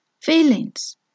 feelings